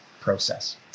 process